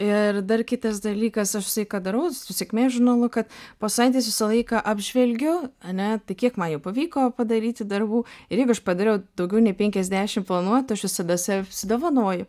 ir dar kitas dalykas aš visą laiką darau su sėkmės žurnalu kad po savaitės visą laiką apžvelgiu ane tai kiek man jau pavyko padaryti darbų ir jeigu aš padariau daugiau nei penkiasdešim planuotų aš visada save apsidovanoju